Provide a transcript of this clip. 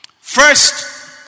First